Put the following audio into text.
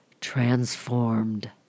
transformed